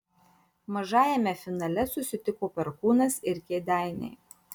mažajame finale susitiko perkūnas ir kėdainiai